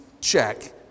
check